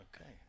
Okay